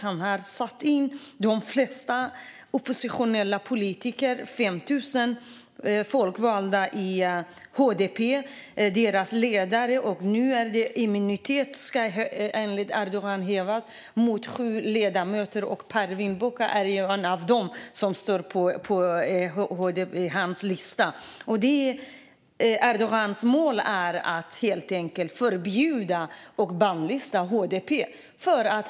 Han har fängslat 5 000, de flesta oppositionella politiker, folkvalda i HDP och deras ledare. Nu ska enligt Erdogan immuniteten hävas för sju ledamöter, och Pervin Buldan är en av dem som står på hans lista. Erdogans mål är att helt enkelt förbjuda och bannlysa HDP.